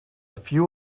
few